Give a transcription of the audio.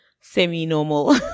semi-normal